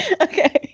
Okay